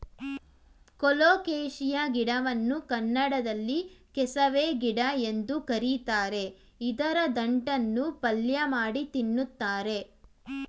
colocasia ಗಿಡವನ್ನು ಕನ್ನಡದಲ್ಲಿ ಕೆಸವೆ ಗಿಡ ಎಂದು ಕರಿತಾರೆ ಇದರ ದಂಟನ್ನು ಪಲ್ಯಮಾಡಿ ತಿನ್ನುತ್ತಾರೆ